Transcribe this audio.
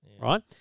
right